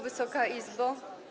Wysoka Izbo!